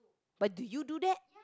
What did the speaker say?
but do you do that